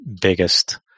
biggest